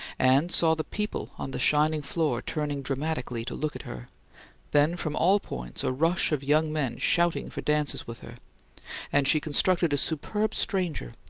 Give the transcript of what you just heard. and saw the people on the shining floor turning dramatically to look at her then from all points a rush of young men shouting for dances with her and she constructed a superb stranger,